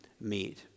meet